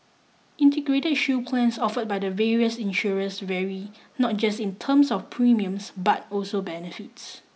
Integrated Shield Plans offered by the various insurers vary not just in terms of premiums but also benefits